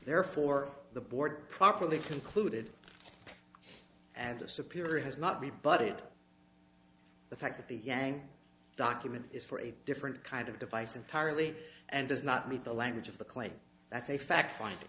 therefore the board properly concluded and disappearing has not be but the fact that the yang document is for a different kind of device entirely and does not meet the language of the claim that's a fact find